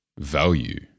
Value